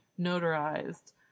notarized